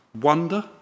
wonder